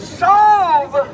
solve